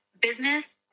business